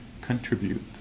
contribute